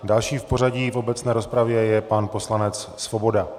Další v pořadí v obecné rozpravě je pan poslanec Svoboda.